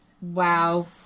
wow